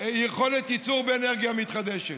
יכולת ייצור של אנרגיה מתחדשת.